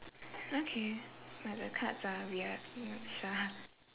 okay but the cards are weird I'm not sure